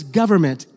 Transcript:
government